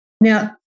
Now